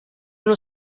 uno